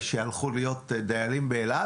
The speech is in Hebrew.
שהלכו להיות דיילים באל על,